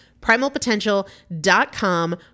Primalpotential.com